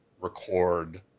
record